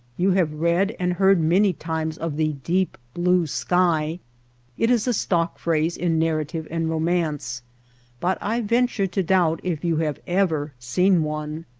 you have read and heard many times of the deep blue sky it is a stock phrase in nar rative and romance but i venture to doubt if you have ever seen one.